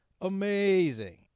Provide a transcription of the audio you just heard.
amazing